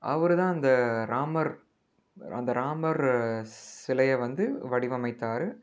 அவரு தான் அந்த ராமர் அந்த ராமர் சிலையை வந்து வடிவமைத்தார்